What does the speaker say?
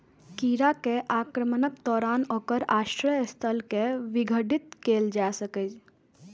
कीड़ा के आक्रमणक दौरान ओकर आश्रय स्थल कें विघटित कैल जा सकैए